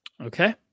Okay